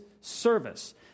service